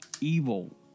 evil